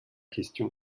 question